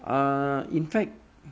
uh in fact